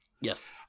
Yes